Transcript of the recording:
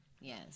Yes